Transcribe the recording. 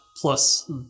plus